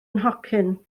nhocyn